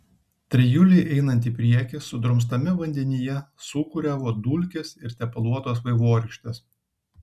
trijulei einant į priekį sudrumstame vandenyje sūkuriavo dulkės ir tepaluotos vaivorykštės